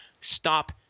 Stop